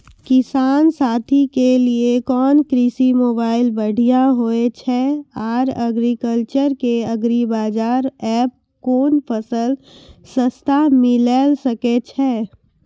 किसान साथी के लिए कोन कृषि मोबाइल बढ़िया होय छै आर एग्रीकल्चर के एग्रीबाजार एप कोन फसल सस्ता मिलैल सकै छै?